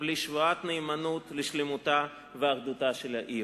בלי שמירת נאמנות לשלמותה ולאחדותה של העיר.